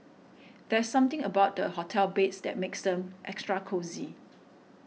there's something about the hotel beds that makes them extra cosy